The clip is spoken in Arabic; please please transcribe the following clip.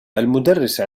المدرس